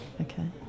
Okay